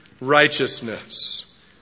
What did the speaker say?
righteousness